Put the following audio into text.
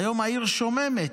היום העיר שוממת,